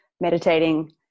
meditating